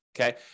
Okay